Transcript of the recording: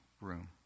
room